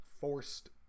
forced